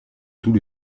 tous